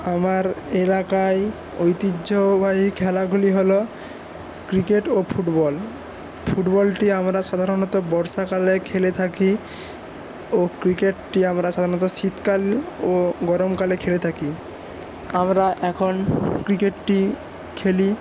আমার এলাকায় ঐতিহ্যবাহী খেলাগুলি হল ক্রিকেট ও ফুটবল ফুটবলটি আমরা সাধারণত বর্ষাকালে খেলে থাকি ও ক্রিকেটটি আমরা সাধারণত শীতকাল ও গরমকালে খেলে থাকি আমরা এখন ক্রিকেটটি খেলি